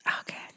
Okay